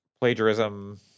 plagiarism